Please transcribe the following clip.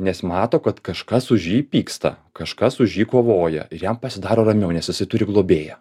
nes mato kad kažkas už jį pyksta kažkas už jį kovoja ir jam pasidaro ramiau nes jisai turi globėją